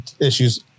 issues